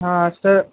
हा सर